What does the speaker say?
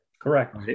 Correct